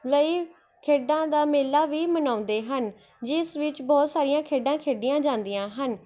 ਲਈ ਖੇਡਾਂ ਦਾ ਮੇਲਾ ਵੀ ਮਨਾਉਂਦੇ ਹਨ ਜਿਸ ਵਿੱਚ ਬਹੁਤ ਸਾਰੀਆਂ ਖੇਡਾਂ ਖੇਡੀਆਂ ਜਾਂਦੀਆਂ ਹਨ